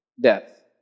death